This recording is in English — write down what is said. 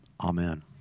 Amen